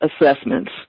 assessments